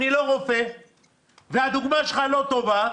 אני לא רופא והדוגמה שלך לא טובה,